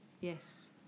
yes